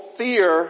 fear